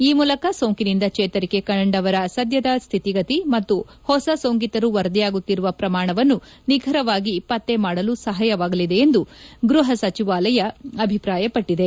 ಈ ಮೂಲಕ ಸೋಂಕಿನಿಂದ ಚೇತರಿಕೆ ಕಂಡವರ ಸದ್ಯದ ಸ್ಥಿತಿಗತಿ ಮತ್ತು ಹೊಸ ಸೋಂಕಿತರು ವರದಿಯಾಗುತ್ತಿರುವ ಪ್ರಮಾಣವನ್ನು ನಿಖರವಾಗಿ ಪತ್ತೆ ಮಾಡಲು ಸಹಾಯವಾಗಲಿದೆ ಎಂದು ಗೃಹ ಸಚಿವಾಲಯ ಅಭಿಪ್ರಾಯಪಟ್ಟಿದೆ